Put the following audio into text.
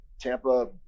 Tampa